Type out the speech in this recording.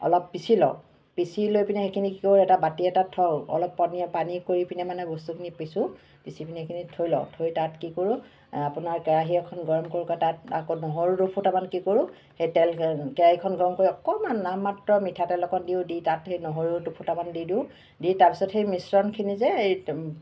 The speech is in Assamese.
অলপ পিছি লওঁ পিছি লৈ পিনে সেইখিনি কি কৰোঁ এটা বাটি এটাত থওঁ অলপ পনীয়া পানী কৰি মানে বস্তুখিনি পিছোঁ পিছি পিনি সেইখিনি থৈ লওঁ থৈ তাত কি কৰোঁ আপোনাৰ কেৰাহি এখন গৰম কৰোঁ তাত আকৌ নহৰু দুফুটামান কি কৰোঁ সেই তেল কেৰাহিখন গৰম কৰি অকণমান নামমাত্ৰ মিঠাতেল অকণ দিওঁ দি তাত সেই নহৰু দুফুটামান দি দিওঁ দি তাৰপিছত সেই মিশ্ৰণখিনি যে এই